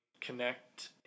connect